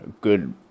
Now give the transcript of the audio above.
good